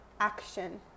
action